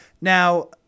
Now